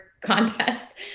contest